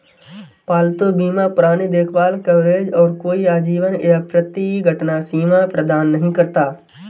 पालतू बीमा पुरानी देखभाल कवरेज और कोई आजीवन या प्रति घटना सीमा प्रदान नहीं करता